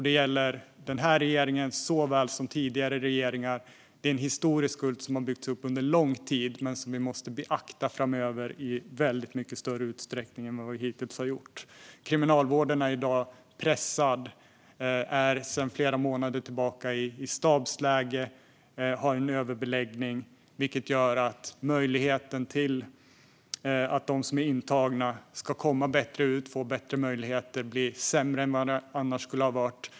Det gäller den här regeringen likaväl som tidigare regeringar. Det är en historisk skuld som har byggts upp under lång tid som vi framöver måste beakta i mycket större utsträckning än vi har gjort hittills. Kriminalvården är i dag pressad. Man är sedan flera månader i stabsläge och har en överbeläggning, vilket gör att möjligheten för de intagna att komma bättre ut och få bättre möjligheter är sämre än den annars skulle ha varit.